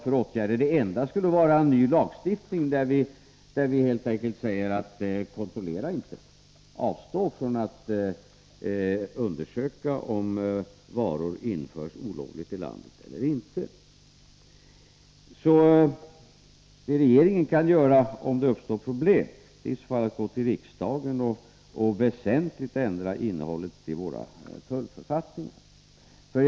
Det enda som vi skulle kunna göra är att införa en ny lagstiftning, där vi helt enkelt säger att man inte skall kontrollera, att man skall avstå från att undersöka om varor införs olovligt i landet. Det regeringen kan göra om det uppstår problem är att gå till riksdagen och be riksdagen att väsentligt ändra innehållet i våra tullförfattningar.